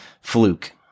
fluke